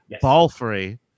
ball-free